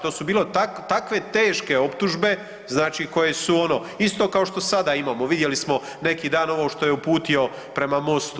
To su bile takve teške optužbe, znači koje su ono isto kao što sada imamo vidjeli smo neki dan ovo što je uputio prema Mostu.